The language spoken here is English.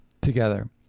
together